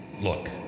Look